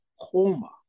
coma